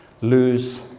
lose